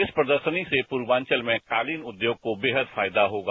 इस प्रदर्शनी से पूर्वाचल में कालीन उद्योग को बेहद फायदा होगा